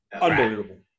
Unbelievable